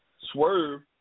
Swerve